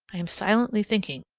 i am silently thinking,